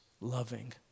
loving